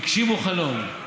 הגשימו חלום.